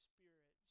Spirit